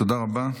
תודה רבה.